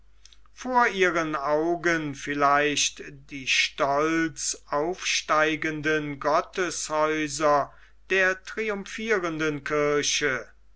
vor ihren augen vielleicht die stolz aufsteigenden gotteshäuser der triumphierenden kirche